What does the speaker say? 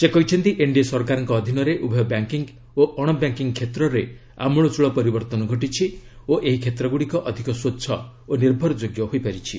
ସେ କହିଛନ୍ତି ଏନ୍ଡିଏ ସରକାରଙ୍କ ଅଧୀନରେ ଉଭୟ ବ୍ୟାଙ୍କିଙ୍ଗ୍ ଓ ଅଣ ବ୍ୟାଙ୍କିଙ୍ଗ୍ କ୍ଷେତ୍ରରେ ଆମୂଳଚୂଳ ପରିବର୍ତ୍ତନ ଘଟିଛି ଓ ଏହି କ୍ଷେତ୍ରଗୁଡ଼ିକ ଅଧିକ ସ୍ୱଚ୍ଛ ଓ ନିର୍ଭରଯୋଗ୍ୟ ହୋଇପାରିଛି